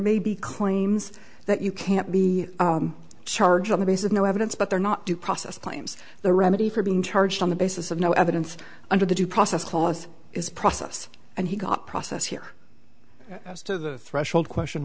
may be claims that you can't be charged on the basis of no evidence but they're not due process claims the remedy for being charged on the basis of no evidence under the due process clause is process and he got process here as to the threshold question